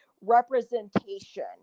representation